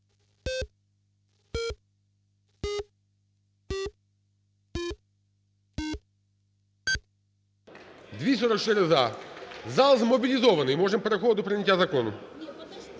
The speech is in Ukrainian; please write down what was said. Зал змобілізований, можемо переходити до прийняття закону.